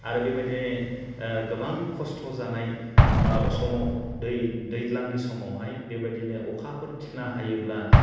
आरो बेबायदि गोबां खस्थ' जानाय समाव दै दैज्लांनि समावहाय बेबायदिनो अखाफोर थिखोना हायोब्ला